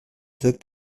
took